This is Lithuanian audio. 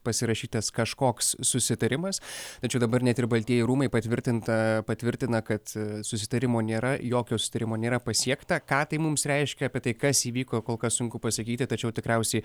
pasirašytas kažkoks susitarimas tačiau dabar net ir baltieji rūmai patvirtinta patvirtina kad susitarimo nėra jokio susitarimo nėra pasiekta ką tai mums reiškia apie tai kas įvyko kol kas sunku pasakyti tačiau tikriausiai